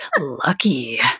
lucky